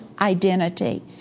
identity